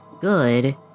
good